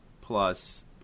plus